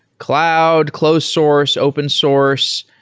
cloud, closed source, open source.